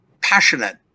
passionate